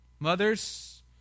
Mothers